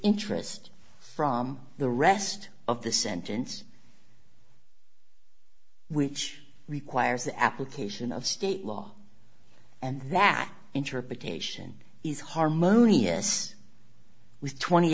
interest from the rest of the sentence which requires application of state law and that interpretation is harmonious with twenty